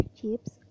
chips